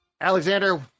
Alexander